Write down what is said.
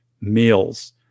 meals